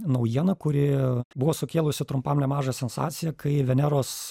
naujiena kuri buvo sukėlusi trumpam nemažą sensaciją kai veneros